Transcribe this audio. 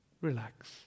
relax